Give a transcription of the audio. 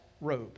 robe